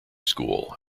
school